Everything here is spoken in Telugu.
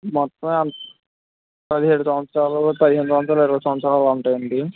మొత్తం పదిహేడు సంవత్సరాలు పదిహేను సంవత్సరాలు ఇరవై సంవత్సరాలు ఉంటాయండి